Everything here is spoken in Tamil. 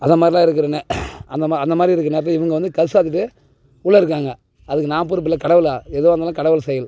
அதமாதிரிலாம் இருக்கிறேனே அந்தமா அந்தமாதிரி இருக்கிற நேரத்தில் இவனுங்க வந்து கதவை சாற்றிட்டு உள்ளே இருக்காங்க அதுக்கு நான் பொறுப்பில்லை கடவுள் எதுவாக இருந்தாலும் கடவுள் செயல்